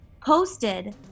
posted